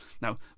now